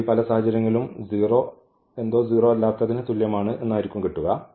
അല്ലെങ്കിൽ പല സാഹചര്യങ്ങളിലും 0 എന്തോ സീറോ അല്ലാത്തതിന് തുല്യമാണ് എന്നായിരിക്കും കിട്ടുക